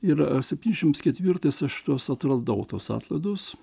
ir ar septyniasdešimt ketvirtiais aš tuos atradau tuos atlaidus